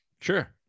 Sure